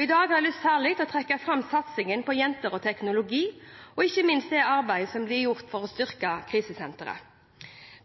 I dag vil jeg særlig trekke fram satsingen på jenter og teknologi og ikke minst det arbeidet som blir gjort for å styrke krisesentrene.